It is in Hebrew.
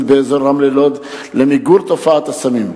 באזור רמלה-לוד למיגור תופעת הסמים,